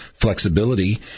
flexibility